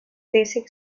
basic